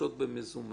שמשתמשות במזומן,